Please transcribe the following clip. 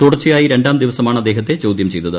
തുടർച്ചയായി രണ്ടാം ദിവസമാണ് അദ്ദേഹത്തെ ചോദ്യം ചെയ്തത്